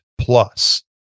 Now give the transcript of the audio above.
plus